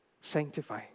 Sanctify